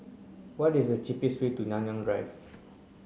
what is the cheapest way to Nanyang Drive